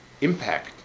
impact